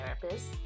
therapist